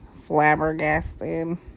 Flabbergasted